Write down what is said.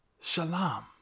shalom